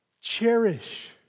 cherish